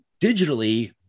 Digitally